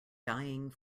dying